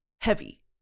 heavy